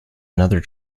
another